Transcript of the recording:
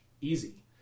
easy